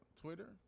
Twitter